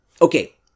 okay